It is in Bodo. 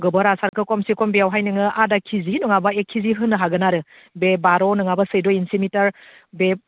गोबोर हासारखौ कमसेखम बेयावहाय नोङो आधा केजि नङाबा एक केजि होनो हागोन आरो बे बार' नङाबा चैद्य' इन्सि मिटार बे